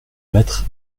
maître